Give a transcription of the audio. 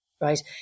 right